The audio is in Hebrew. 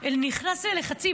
נכנס ללחצים.